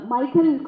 Michael